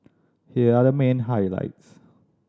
here are the main highlights